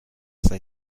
they